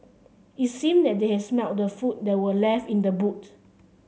it seemed that they had smelt the food that were left in the boot